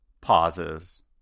pauses